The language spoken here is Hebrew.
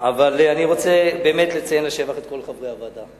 אבל אני באמת רוצה לציין לשבח את כל חברי הוועדה.